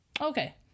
Okay